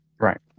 right